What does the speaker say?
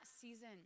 season